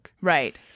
Right